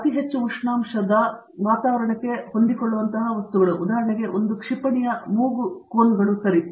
ಮತ್ತು ಅತಿ ಹೆಚ್ಚು ಉಷ್ಣಾಂಶದ ವಾತಾವರಣಕ್ಕೆ ಸಂಬಂಧಿಸಿದ ವಸ್ತುಗಳು ಉದಾಹರಣೆಗೆ ಒಂದು ಕ್ಷಿಪಣಿಗಳ ಮೂಗು ಕೋನ್ಗಳು ಸರಿ